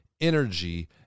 energy